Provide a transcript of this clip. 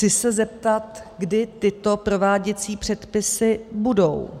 Chci se zeptat, kdy tyto prováděcí předpisy budou.